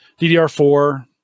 DDR4